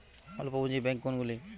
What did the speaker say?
অল্প পুঁজি ব্যাঙ্ক কোনগুলি?